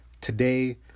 today